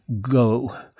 go